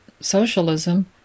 socialism